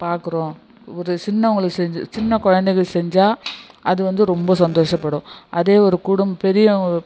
பார்க்கறோம் ஒரு சின்னவர்களுக்குச் செஞ்சு சின்னக் குழந்தைகளுக்கு செஞ்சால் அது வந்து ரொம்ப சந்தோஷப்படும் அதே ஒரு குடும் பெரிய